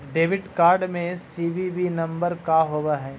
Debit card में CVV number का होव हइ?